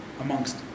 amongst